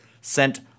sent